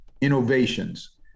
innovations